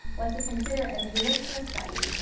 what to consider as you look for a study,